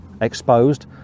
exposed